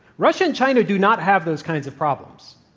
russia and china do not have those kinds of problems.